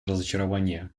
разочарование